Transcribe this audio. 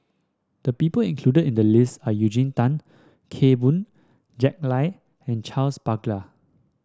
the people included in the list are Eugene Tan Kheng Boon Jack Lai and Charles Paglar